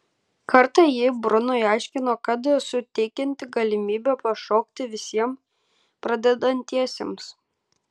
kartą ji brunui aiškino kad suteikianti galimybę pašokti visiems pradedantiesiems